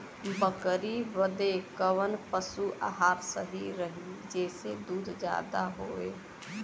बकरी बदे कवन पशु आहार सही रही जेसे दूध ज्यादा होवे?